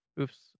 Oops